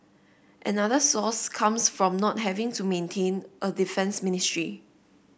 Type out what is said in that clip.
another source comes from not having to maintain a defence ministry